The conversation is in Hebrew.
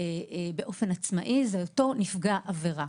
באופן עצמאי זה אותו נפגע עבירה.